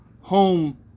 home